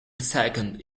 second